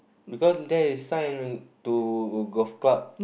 because there is sign to golf club